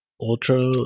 Ultra